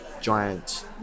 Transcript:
giant